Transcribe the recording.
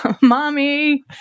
mommy